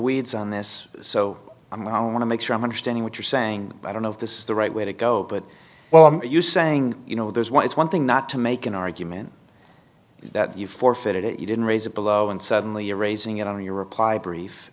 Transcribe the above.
weeds on this so i'm not i want to make sure i'm understanding what you're saying i don't know if this is the right way to go but you saying you know there's one it's one thing not to make an argument that you forfeited it you didn't raise it below and suddenly you're raising it on your reply brief